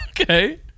Okay